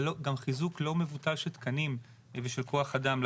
גם חיזוק לא מבוטל של תקנים ושל כוח אדם.